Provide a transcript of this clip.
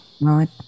Right